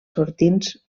sortints